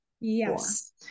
yes